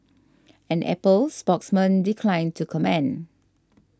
an Apple spokesman declined to comment